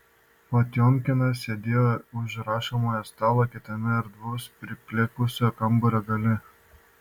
potiomkinas sėdėjo už rašomojo stalo kitame erdvaus priplėkusio kambario gale